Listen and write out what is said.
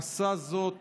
הוא עשה זאת